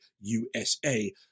USA